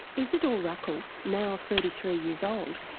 izidor ruckel, now thirty three years old,